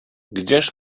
gdzież